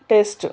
taste